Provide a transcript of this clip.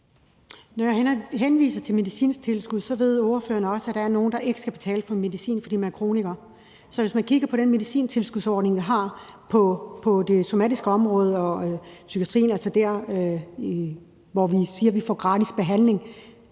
Når jeg henviser til medicintilskuddet, ved ordføreren også, at der er nogle, der ikke skal betale for medicin, fordi de er kronikere. Så hvis man kigger på den medicintilskudsordning, vi har på det somatiske område og på psykiatriområdet, altså der, hvor vi siger vi får gratis behandling,